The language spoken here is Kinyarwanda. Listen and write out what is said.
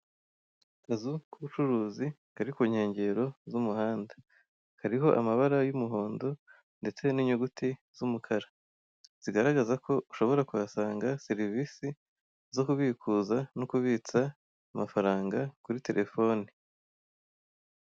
Akazu k'ubucuruzi kari ku nkengero z'umuhanda, kariho amabara y'umuhondo ndetse n'inyuguti z'umukara, zigaragaza ko ushobora kuhasanga serivisi zo kubikuza no kubitsa amafaranga kuri telefone.